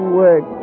work